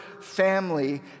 family